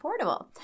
affordable